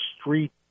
street